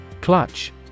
Clutch